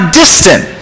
distant